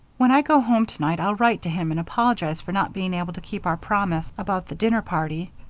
when i go home tonight i'll write to him and apologize for not being able to keep our promise about the dinner party.